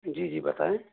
جی جی بتائیں